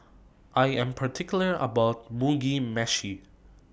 I Am particular about My Mugi Meshi